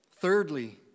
Thirdly